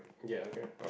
ya okay